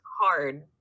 hard